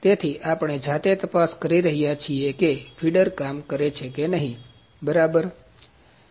તેથી આપણે જાતે તપાસ કરી રહ્યા છીએ કે ફીડર કામ કરે છે કે નહીં બરાબર